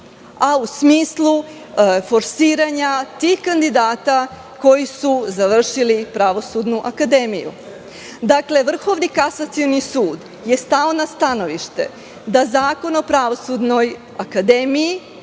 a u smislu forsiranja tih kandidata koji su završili Pravosudnu akademiju. Dakle, Vrhovni kasacioni sud je stao na stanovište da Zakon o Pravosudnoj akademiji